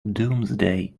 doomsday